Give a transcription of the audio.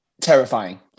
terrifying